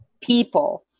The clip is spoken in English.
people